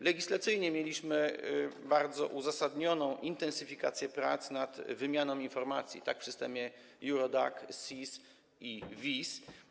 Legislacyjnie mieliśmy bardzo uzasadnioną intensyfikację prac nad wymianą informacji w systemie EURODOCSIS i VIS.